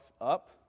up